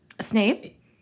Snape